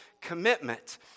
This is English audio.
commitment